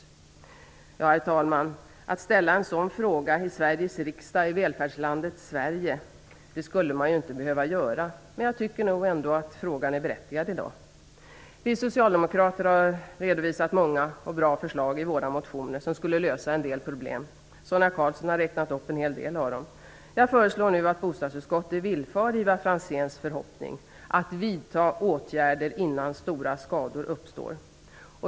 Herr talman! Man skulle inte behöva ställa en sådan fråga i Sveriges riksdag i välfärdsstaten Sverige. Men jag anser att frågan är berättigad i dag. Vi socialdemokrater har redovisat många och bra förslag i våra motioner som skulle lösa en del problem. Sonia Karlsson har här räknat upp en hel del av dem. Jag föreslår att bostadsutskottet villfar Ivar Franzéns förhoppning att vidta åtgärder innan stora skador uppstår!